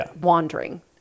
wandering